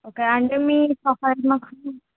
okay అంటే మీ profile మాకు